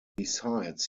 besides